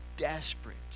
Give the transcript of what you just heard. desperate